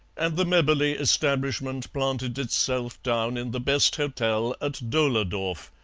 and the mebberley establishment planted itself down in the best hotel at dohledorf,